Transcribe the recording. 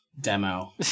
demo